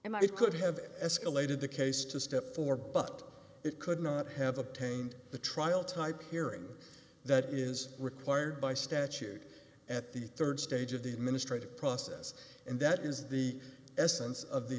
r it could have escalated the case to step four but it could not have obtained the trial type hearing that is required by statute at the rd stage of the administrative process and that is the essence